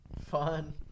Fun